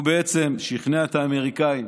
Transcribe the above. הוא בעצם שכנע את האמריקאים